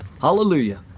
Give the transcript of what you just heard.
hallelujah